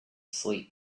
sleep